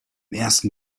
ersten